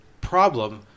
problem